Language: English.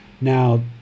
Now